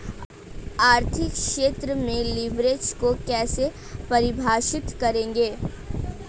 आर्थिक क्षेत्र में लिवरेज को कैसे परिभाषित करेंगे?